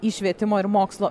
į švietimo ir mokslo